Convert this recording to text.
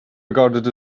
regarded